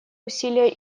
усилия